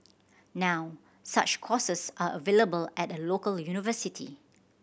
now such courses are available at a local university